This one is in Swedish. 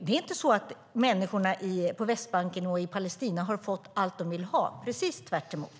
Det är inte så att människorna på Västbanken och i Palestina har fått allt de vill ha - det är precis tvärtom.